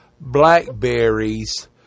blackberries